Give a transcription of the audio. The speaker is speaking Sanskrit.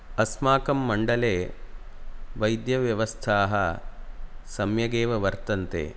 अस्माकं मण्डले वैद्यव्यवस्थाः सम्यगेव वर्तन्ते